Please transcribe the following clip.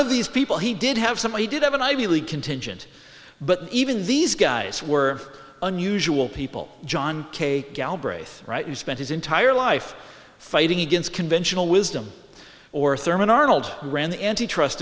of these people he did have some he did have an ivy league contingent but even these guys were unusual people john k galbraith you spent his entire life fighting against conventional wisdom or thurman arnold ran the antitrust